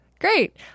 Great